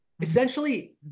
essentially